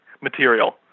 material